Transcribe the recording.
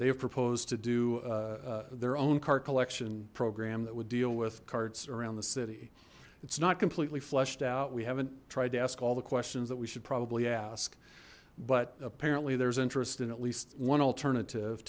have proposed to do their own car collection program that would deal with carts around the city it's not completely fleshed out we haven't tried to ask all the questions that we should probably ask but apparently there's interest in at least one alternative